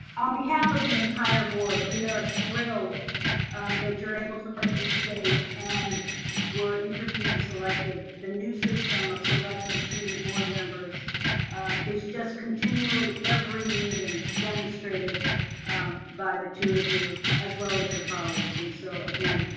on behalf of the entire board, we are thrilled that you're able to participate and were interviewed and selected. the new system of selecting student board members is just continually every meeting demonstrated by the two of you as well as your colleagues. and so again,